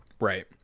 right